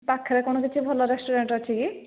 ପାଖରେ କ'ଣ କିଛି ଭଲ ରେଷ୍ଟୁରାଣ୍ଟ ଅଛି କି